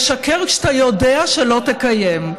לשקר כשאתה יודע שלא תקיים.